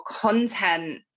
content